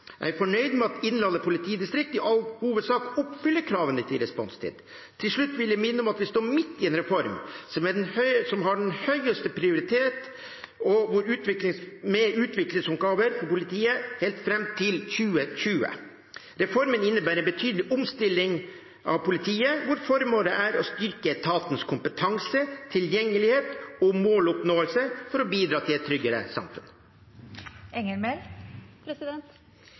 Jeg er fornøyd med at Innlandet politidistrikt i all hovedsak oppfyller kravene til responstid. Til slutt vil jeg minne om at vi står midt i en reform som har den høyeste prioritet med utviklingsoppgaver til politiet helt fram til 2020. Reformen innebærer betydelig omstilling av politiet, hvor formålet er å styrke etatens kompetanse, tilgjengelighet og måloppnåelse for å bidra til et tryggere